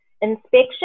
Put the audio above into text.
inspection